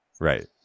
right